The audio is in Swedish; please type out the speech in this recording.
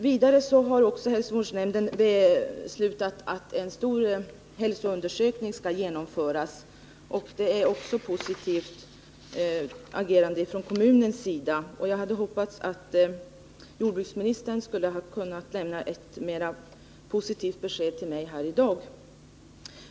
Vidare har hälsovårdsnämnden beslutat att en stor hälsoundersökning skall genomföras. Också det är ett positivt agerande från kommunens sida. Jag hade hoppats att jordbruksministern skulle ha kunnat lämna ett mera positivt besked till mig här i dag.